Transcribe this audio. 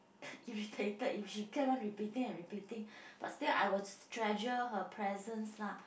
irritated if she kept on repeating and repeating but still I will treasure her presence lah